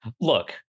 Look